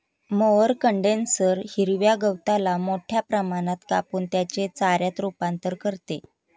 mower condenser हिरव्या गवताला मोठ्या प्रमाणात कापून त्याचे चाऱ्यात रूपांतर करते